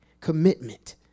Commitment